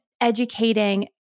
educating